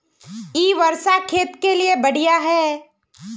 इ वर्षा खेत के लिए बढ़िया है?